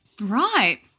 Right